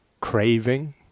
craving